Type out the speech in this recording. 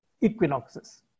equinoxes